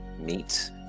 meet